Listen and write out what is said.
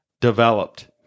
developed